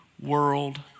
World